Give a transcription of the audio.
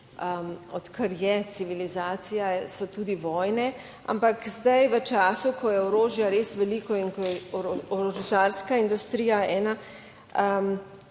odkar je civilizacija, so tudi vojne. Ampak zdaj, v času, ko je orožja res veliko in ko je orožarska industrija ena